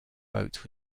boat